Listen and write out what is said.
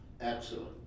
excellent